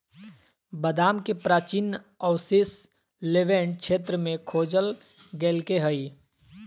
बादाम के प्राचीन अवशेष लेवेंट क्षेत्र में खोजल गैल्के हइ